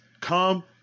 come